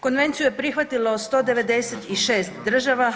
Konvenciju je prihvatilo 196 država.